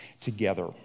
together